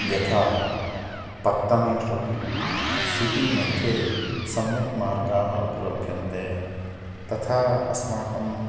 यथा पत्तनेषु सिटि मध्ये सम्यक् मार्गाः उपलभ्यन्ते तथा अस्माकं